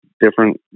different